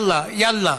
יאללה, יאללה.